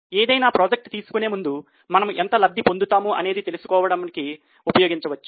ఏదైనా ప్రాజెక్టు తీసుకునే ముందు మనము ఎంత లబ్ధి పొందుతాము అనేది తెలుసుకోవడానికి ఉపయోగించవచ్చు